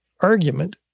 argument